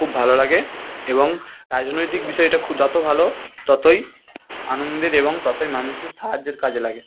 খুব ভালো লাগে এবং রাজনৈতিক বিষয়টা যত ভালো ততই আনন্দের এবং ততই মানুষের সাহায্যের কাজে লাগে